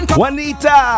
Juanita